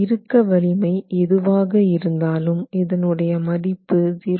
இறுக்க வலிமை எதுவாக இருந்தாலும் இதன் உடைய மதிப்பு 0